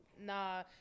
Nah